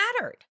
mattered